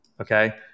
okay